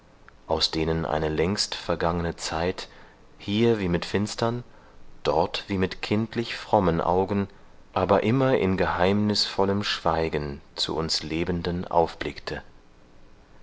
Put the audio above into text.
aus denen eine längst vergangene zeit hier wie mit finstern dort mit kindlich frommen augen aber immer in geheimnisvollem schweigen zu uns lebenden aufblickte